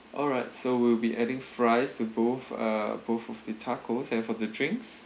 alright so we'll be adding fries to both uh both of the tacos and for the drinks